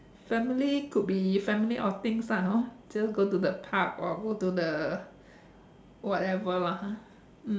family could be family outings lah hor just go to the park or go to the whatever lah ha